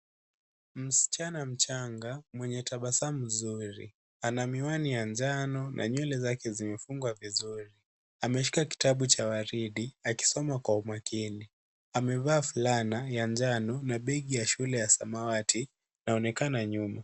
Msichana mchanga mwenye tabasamu nzuri ana miwani ya njano na nywele zake zimefungwa vizuri. Ameshika kitabu cha waridi akisoma kwa umakini. Amevaa fulana ya njano na begi ya shule ya samawati yaonekana nyuma.